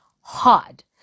hard